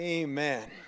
Amen